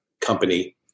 company